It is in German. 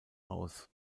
aus